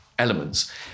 elements